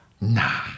Nah